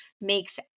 makes